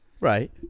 Right